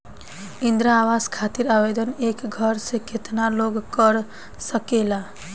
इंद्रा आवास खातिर आवेदन एक घर से केतना लोग कर सकेला?